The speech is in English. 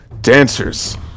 dancers